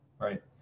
right